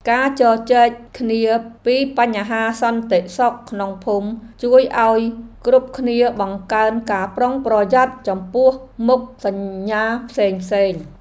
ការជជែកគ្នាពីបញ្ហាសន្តិសុខក្នុងភូមិជួយឱ្យគ្រប់គ្នាបង្កើនការប្រុងប្រយ័ត្នចំពោះមុខសញ្ញាផ្សេងៗ។